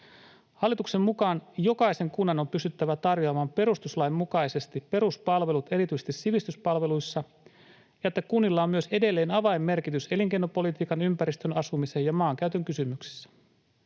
Hallituksen mukaan jokaisen kunnan on pystyttävä tarjoamaan perustuslain mukaisesti peruspalvelut erityisesti sivistyspalveluissa ja että kunnilla on myös edelleen avainmerkitys elinkeinopolitiikan, ympäristön, asumisen ja maankäytön kysymyksissä.